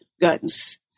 guns